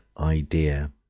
idea